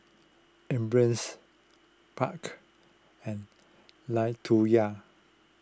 Ambers Buck and Latoya